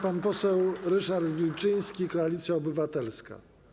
Pan poseł Ryszard Wilczyński, Koalicja Obywatelska.